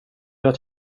att